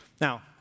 Now